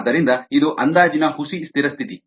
ಆದ್ದರಿಂದ ಇದು ಅಂದಾಜಿನ ಹುಸಿ ಸ್ಥಿರ ಸ್ಥಿತಿ